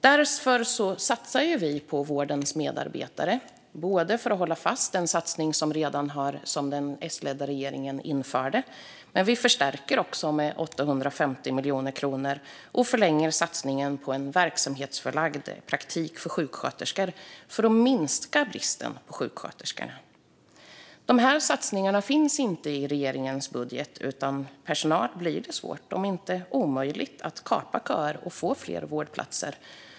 Därför satsar vi på vårdens medarbetare. Vi håller fast vid den satsning som den S-ledda regeringen införde. Vi förstärker den också med 850 miljoner kronor och förlänger satsningen på en verksamhetsförlagd praktik för sjuksköterskor för att minska bristen på sjuksköterskor. Dessa satsningar finns inte i regeringens budget. Utan personal blir det svårt - om inte omöjligt - att kapa köer och få fler vårdplatser.